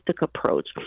approach